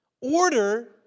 Order